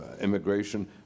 immigration